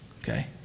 okay